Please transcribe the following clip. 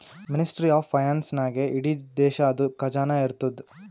ministry of finance ನಾಗೇ ಇಡೀ ದೇಶದು ಖಜಾನಾ ಇರ್ತುದ್